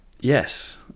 Yes